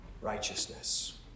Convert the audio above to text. righteousness